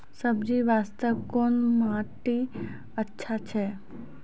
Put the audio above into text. सब्जी बास्ते कोन माटी अचछा छै?